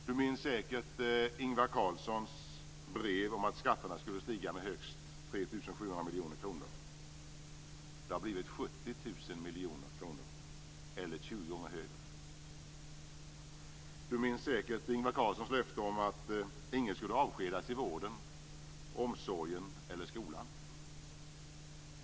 Ni minns säkert Ingvar Carlssons brev om att skatterna skulle stiga med högst 3 700 miljoner kronor. Det har blivit 70 000 miljoner kronor, eller 20 gånger högre. Ni minns säkert Ingvar Carlssons löfte om att ingen skulle avskedas i vården, omsorgen eller skolan.